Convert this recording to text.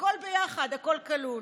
הכול ביחד, הכול כלול.